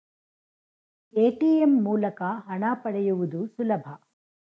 ATM ಮೂಲಕ ಹಣ ಪಡೆಯುವುದು ಸುಲಭ